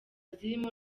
zirimo